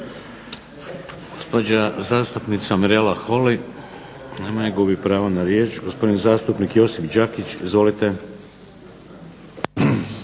Gospodin zastupnik Nenad Stazić izvolite,